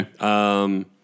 Okay